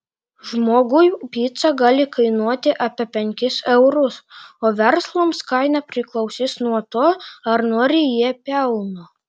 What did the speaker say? žmogui pica gali kainuoti apie penkis eurus o verslams kaina priklausys nuo to ar nori jie pelno